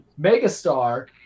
megastar